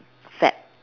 fad